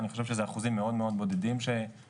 אני חושב שזה אחוזים מאוד מאוד בודדים שמנצלים.